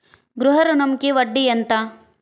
గృహ ఋణంకి వడ్డీ ఎంత?